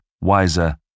wiser